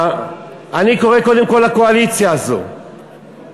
אני קורא קודם כול לקואליציה הזאת להתעורר,